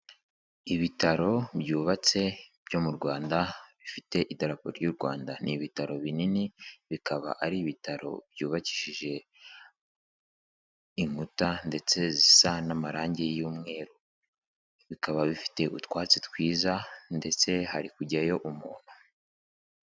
Ibitaro byubatse byo mu Rwanda, bifite idarapo ry'u Rwanda, ni ibitaro binini, bikaba ari ibitaro byubakishije inkuta ndetse zisa n'amarange y'umweru. Bikaba bifite utwatsi twiza ndetse hari kujyayo umuntu.